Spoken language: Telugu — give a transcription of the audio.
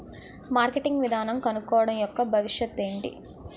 మార్కెటింగ్ విధానం కనుక్కోవడం యెక్క భవిష్యత్ ఏంటి?